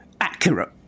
accurate